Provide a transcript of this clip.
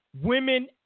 women